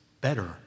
better